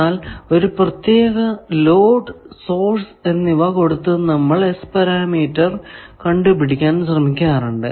എന്നാൽ ഒരു പ്രത്യേക ലോഡ് സോഴ്സ് എന്നിവ കൊടുത്തും നമ്മൾ S പാരാമീറ്റർ കണ്ടുപിടിക്കാൻ ശ്രമിക്കാറുണ്ട്